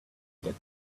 get